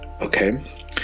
Okay